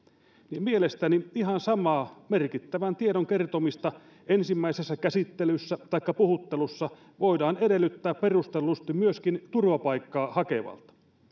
niin mielestäni ihan samaa merkittävän tiedon kertomista ensimmäisessä käsittelyssä taikka puhuttelussa voidaan edellyttää perustellusti myöskin turvapaikkaa hakevalta